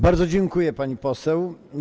Bardzo dziękuję, pani poseł.